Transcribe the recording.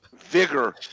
vigor